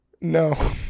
No